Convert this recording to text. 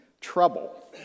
trouble